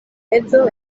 edzo